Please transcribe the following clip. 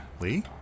Lee